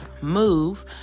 move